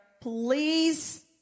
please